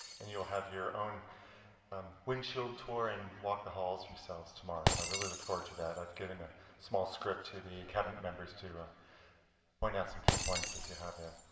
and you'll have your own um windshield tour and walk the halls yourselves tomorrow. so i really look forward to that. i've given a small script to the cabinet members to point out some key points as you have there.